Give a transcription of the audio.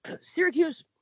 Syracuse